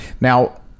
Now